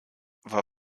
war